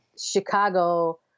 Chicago